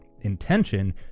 Intention